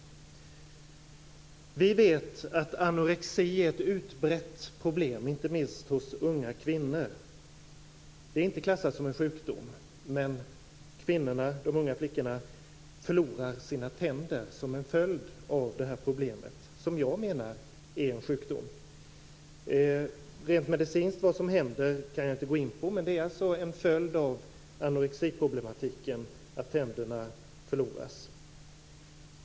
Vi vet att anorexi är ett utbrett problem inte minst hos unga kvinnor. Det är inte klassat som en sjukdom, men de unga flickorna förlorar sina tänder som en följd av detta problem, som jag menar är en sjukdom. Vad som händer rent medicinskt kan jag inte gå in på, men det är en följd av anorexiproblematiken att tänderna går förlorade.